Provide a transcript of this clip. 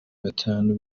batanu